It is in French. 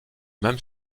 même